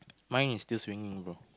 mine is still swinging bro